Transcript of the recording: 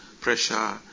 pressure